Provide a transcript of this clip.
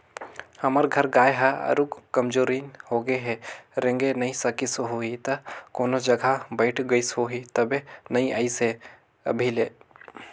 हमर घर गाय ह आरुग कमजोरहिन होगें हे रेंगे नइ सकिस होहि त कोनो जघा बइठ गईस होही तबे नइ अइसे हे अभी ले